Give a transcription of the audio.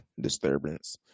disturbance